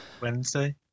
Wednesday